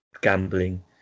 gambling